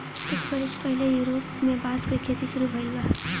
कुछ बरिस पहिले यूरोप में बांस क खेती शुरू भइल बा